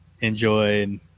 enjoy